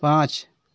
पाँच